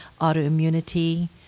autoimmunity